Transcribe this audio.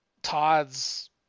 todd's